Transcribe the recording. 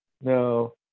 no